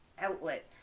outlet